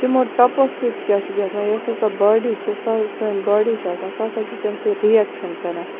تِمو ٹۄپو سۭتۍ کیاہ چھُ گَژھان یۄس ہَسا باڈی چھِ سۄ سٲنۍ باڑی چھِ آسان سۄ چھِ تمہِ سۭتۍ رِیکشَن کَران